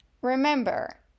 Remember